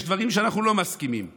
יש דברים שאנחנו לא מסכימים עליהם,